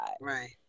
Right